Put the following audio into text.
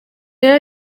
rero